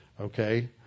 Okay